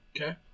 Okay